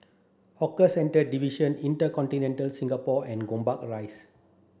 Hawker Centres Division InterContinental Singapore and Gombak Rise